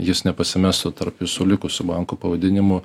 jis nepasimestų tarp visų likusių bankų pavadinimų